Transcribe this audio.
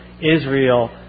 Israel